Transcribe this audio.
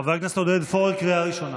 חבר הכנסת עודד פורר, קריאה ראשונה.